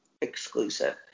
exclusive